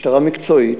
משטרה מקצועית,